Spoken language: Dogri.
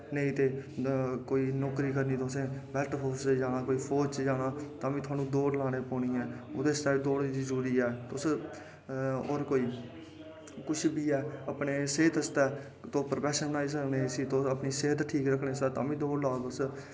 नेईं ते कोई नौकरी करना तुसें बैल्ट फोर्स च जाना फौज़ च जाना तां बी थुआनू दौड़ लानी पौनी ऐ ओह्दै आस्तै बी दौड़ जरूरी ऐ तुस होर कोई कुछ बी ऐ अपने सेह्त आस्तै प्रोफैशन बनाई सकने तुस अपनी सेह्त ठीक रक्खने आस्तै तां बी दौड़ लाओ तुस